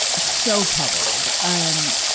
so troubled. and,